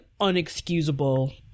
unexcusable